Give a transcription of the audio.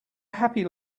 happy